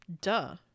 Duh